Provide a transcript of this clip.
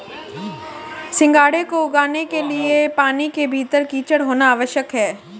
सिंघाड़े को उगाने के लिए पानी के भीतर कीचड़ होना आवश्यक है